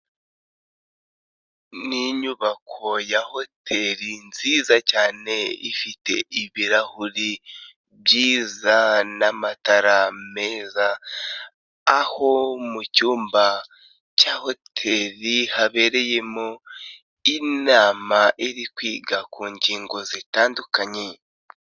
Ni inyubako ya hoteri nziza cyane, ifite ibirahuri byiza n'amatara meza, aho mu cyumba cya hoteri habereyemo inama, iri kwiga ku ngingo zitandukanye.